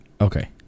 Okay